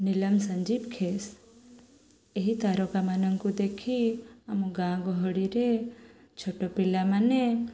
ନୀଲମ ସଂଞ୍ଜୀବ ଖେସ ଏହି ତାରକା ମାନଙ୍କୁ ଦେଖି ଆମ ଗାଁ ଗହଳିରେ ଛୋଟ ପିଲାମାନେ